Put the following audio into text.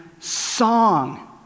song